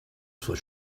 for